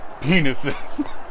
penises